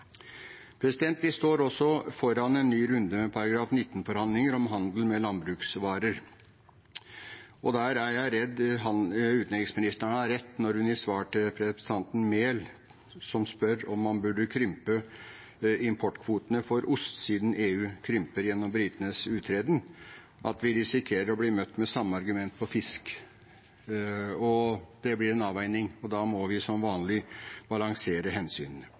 Vi står også foran en ny runde med § 19-forhandlinger om handel med landbruksvarer. Der er jeg redd utenriksministeren har rett når hun i svar til representanten Enger Mehl, som spør om man burde krympe importkvotene for ost siden EU krymper gjennom britenes uttreden, sier at vi risikerer å bli møtt med samme argument når det gjelder fisk. Det blir en avveining, og da må vi som vanlig balansere hensynene.